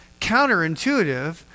counterintuitive